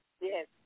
Yes